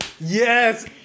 yes